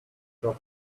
job